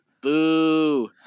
boo